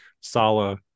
Sala